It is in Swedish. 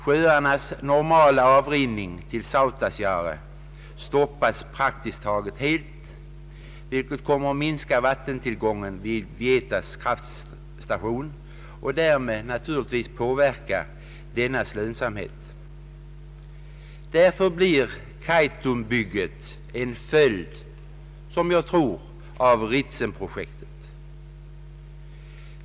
Sjöarnas normala avrinning till Satisjaure stoppas praktiskt taget helt, vilket kommer att minska <vattentillgången vid :Vietas kraftverk och därmed minska dettas lönsamhet. Därför blir Kaitumbygget enligt min mening en följd av Ritsemprojektet.